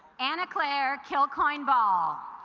annaclaire kill coin ball